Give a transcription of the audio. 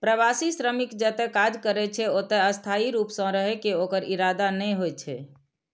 प्रवासी श्रमिक जतय काज करै छै, ओतय स्थायी रूप सं रहै के ओकर इरादा नै होइ छै